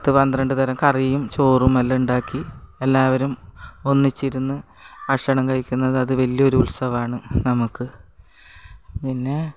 പത്തു പന്ത്രണ്ട് തരം കറിയും ചോറും എല്ലാം ഉണ്ടാക്കി എല്ലാവരും ഒന്നിച്ചിരുന്നു ഭക്ഷണം കഴിക്കുന്നത് അത് വലിയൊരു ഉത്സവമാണ് നമുക്ക് പിന്നെ